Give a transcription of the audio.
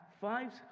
five